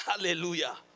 Hallelujah